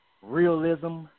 realism